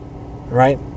right